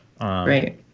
Right